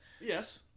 Yes